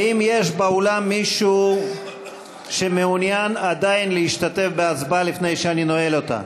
האם יש באולם מישהו שמעוניין עדיין להשתתף בהצבעה לפני שאני נועל אותה?